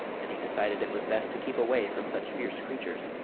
and he decided it was best to keep away from such fierce creatures.